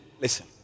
listen